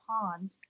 pond